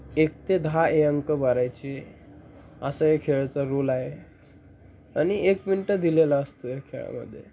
एक ते दहा हे अंक भरायचे असा हे खेळचा रुल आहे आणि एक मिनटं दिलेला असतो या खेळामध्ये